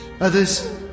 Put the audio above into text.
Others